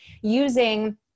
using